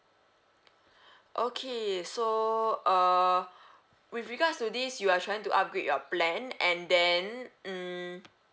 okay so uh with regards to this you are trying to upgrade your plan and then um